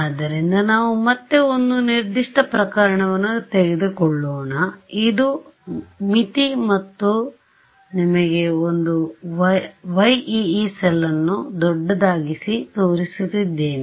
ಆದ್ದರಿಂದ ನಾವು ಮತ್ತೆ ಒಂದು ನಿರ್ದಿಷ್ಟ ಪ್ರಕರಣವನ್ನು ತೆಗೆದುಕೊಳ್ಳೋಣ ಇದು ಮಿತಿ ಮತ್ತು ನಿಮಗೆ ಒಂದು Yee ಸೆಲ್ ನ್ನು ದೊಡ್ಡದಾಗಿಸಿ ತೋರಿಸುತ್ತಿದ್ದೇನೆ